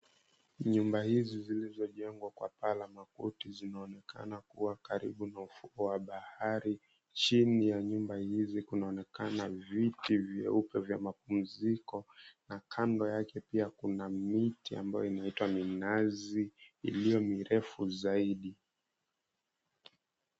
Nyumba hizi zilizojengwa kwa paa la makuti zinaonekana kuwa karibu na ufuo wa bahari chini ya nyumba hizi kunaonekana viti vyeupe vya mapumziko na kando yake pia kuna miti ambayo inaitwa minazi ilio mirefu zaidi.